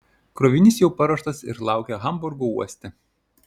krovinys jau paruoštas ir laukia hamburgo uoste